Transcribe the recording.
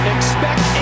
Expect